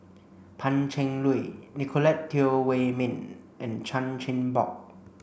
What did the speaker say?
Pan Cheng Lui Nicolette Teo Wei min and Chan Chin Bock